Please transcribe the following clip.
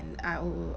I would